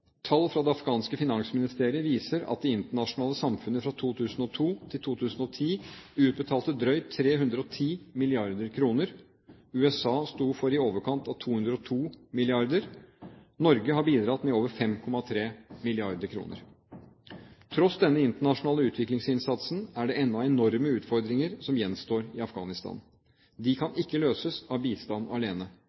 Tall fra det afghanske finansministeriet viser at det internasjonale samfunnet fra 2002 til 2010 utbetalte drøyt 310 mrd. kr. USA sto for i overkant av 202 mrd. kr, Norge har bidratt med over 5,3 mrd. kr. Tross denne internasjonale utviklingsinnsatsen er det ennå enorme utfordringer som gjenstår i Afghanistan. De kan ikke løses av bistand alene.